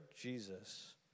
Jesus